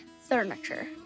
Furniture